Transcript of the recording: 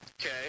Okay